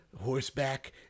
horseback